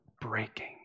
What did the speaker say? breaking